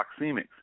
proxemics